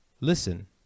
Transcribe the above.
listen